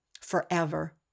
forever